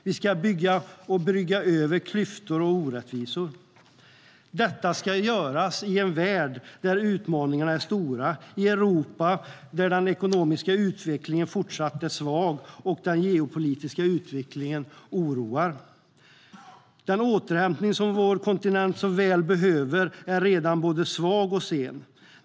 Vi ska brygga över klyftor och orättvisor. Den återhämtning som vår kontinent så väl behöver är redan både svag och sen.